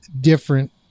different